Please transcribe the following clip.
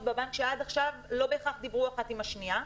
בבנק שעד עכשיו לא בהכרח דיברו אחת עם השנייה.